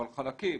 אבל חלקים.